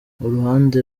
uruhande